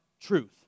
truth